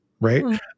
right